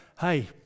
Hey